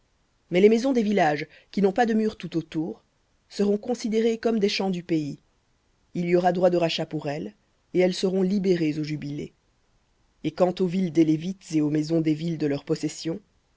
mais les maisons des villages qui n'ont pas de murs tout autour seront considérées comme des champs du pays il y aura droit de rachat pour elles et elles seront libérées au jubilé et quant aux villes des lévites et aux maisons des villes de leur possession